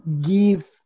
give